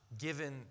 given